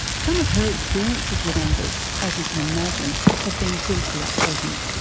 some of her experiences with angus, as you can imagine, have been deeply upsetting,